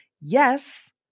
yes